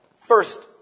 first